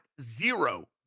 zero